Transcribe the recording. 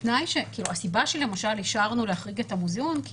הסיבה שלמשל אישרנו להחריג את המוזיאון היא